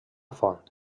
font